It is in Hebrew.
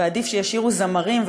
ועדיף שישירו זמרים,